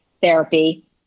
therapy